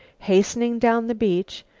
hastening down the beach,